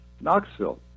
Knoxville